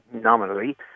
nominally